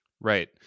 Right